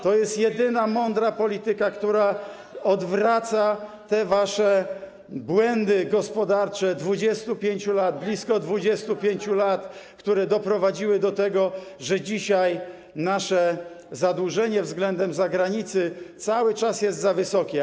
To jest jedyna mądra polityka, która odwraca te wasze błędy gospodarcze 25 lat, blisko 25 lat, które doprowadziły do tego, że dzisiaj nasze zadłużenie względem zagranicy cały czas jest za wysokie.